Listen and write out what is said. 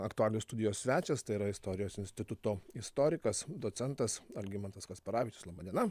aktualijų studijos svečias tai yra istorijos instituto istorikas docentas algimantas kasparavičius laba diena